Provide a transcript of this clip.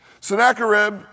Sennacherib